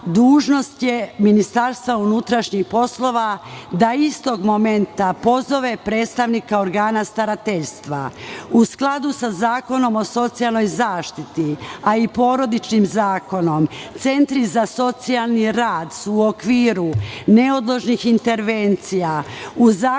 dužnost je Ministarstva unutrašnjih poslova da istog momenta pozove predstavnika organa starateljstva. U skladu sa Zakonom o socijalnoj zaštiti, a i porodičnim zakonom, centri za socijalni rad su u okviru neodložnih intervencija u zakonskoj